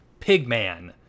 Pigman